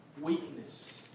Weakness